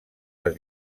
les